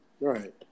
Right